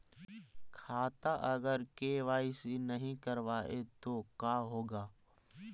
खाता अगर के.वाई.सी नही करबाए तो का होगा?